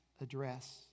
address